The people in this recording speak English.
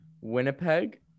Winnipeg